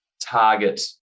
target